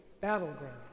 battleground